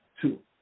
Two